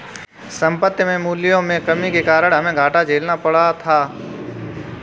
संपत्ति के मूल्यों में कमी के कारण हमे घाटा झेलना पड़ा था